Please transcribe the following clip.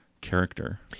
character